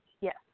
Yes